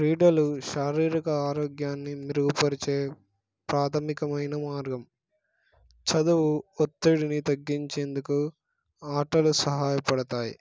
క్రీడలు శారీరిక ఆరోగ్యాన్ని మెరుగుపరచే ప్రాథమికమైన మార్గం చదువు ఒత్తిడిని తగ్గించేందుకు ఆటలు సహాయపడతాయి